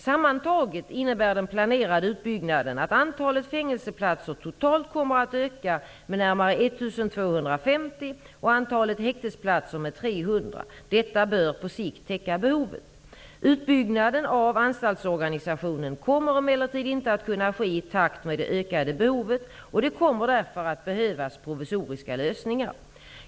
Sammantaget innebär den planerade utbyggnaden att antalet fängelseplatser totalt kommer att öka med närmare 1 250 och antalet häktesplatser med 300. Detta bör på sikt täcka behovet. Utbyggnaden av anstaltsorganisationen kommer emellertid inte att kunna ske i takt med det ökade behovet. Det kommer därför att behövas provisoriska lösningar.